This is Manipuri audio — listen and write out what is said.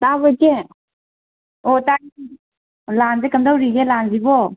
ꯇꯥꯕ꯭ꯔꯣ ꯏꯆꯦ ꯑꯣ ꯇꯥꯏꯌꯦꯑꯣ ꯂꯥꯟꯁꯦ ꯀꯝꯗꯧꯔꯤꯒꯦ ꯂꯥꯟꯁꯤꯕꯣ